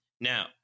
Now